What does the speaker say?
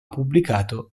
pubblicato